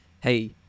Hey